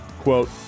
Quote